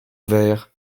vert